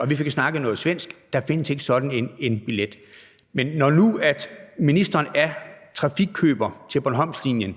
og vi fik snakket noget svensk. Der findes ikke sådan en billet. Men når nu ministeren er trafikkøber til Bornholmslinjen,